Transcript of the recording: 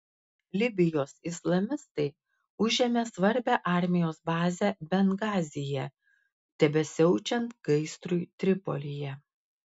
libijos islamistai užėmė svarbią armijos bazę bengazyje tebesiaučiant gaisrui tripolyje